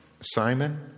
Simon